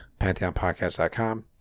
pantheonpodcast.com